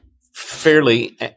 fairly